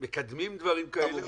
מקדמים דברים כאלה?